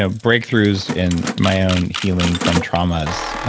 ah breakthroughs in my own healing from traumas.